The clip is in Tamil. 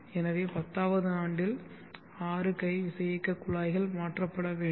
எனவே 10 அது ஆண்டில் 6 கை விசையியக்கக் குழாய்கள் மாற்றப்பட வேண்டும்